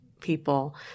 people